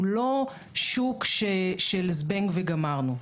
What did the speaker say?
הוא לא שוק של זבנג וגמרנו.